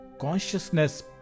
consciousness